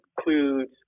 includes